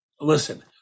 Listen